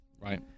Right